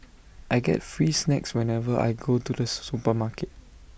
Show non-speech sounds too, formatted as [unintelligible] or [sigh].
I get free snacks whenever I go to the [unintelligible] supermarket